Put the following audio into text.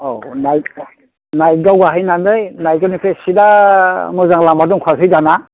औ नाइख नाइखगाव गाहैनानै नाइखगावनिफ्राय सिदा मोजां लामा दंखासै दाना